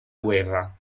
guerra